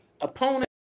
opponent